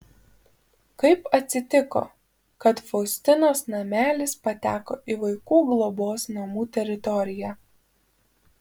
kaip atsitiko kad faustinos namelis pateko į vaikų globos namų teritoriją